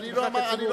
אני לא אמרתי.